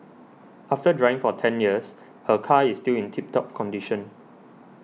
after driving for ten years her car is still in tip top condition